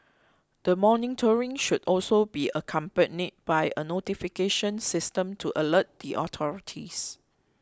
the monitoring should also be accompanied by a notification system to alert the authorities